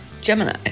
Gemini